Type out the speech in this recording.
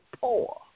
poor